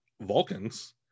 Vulcans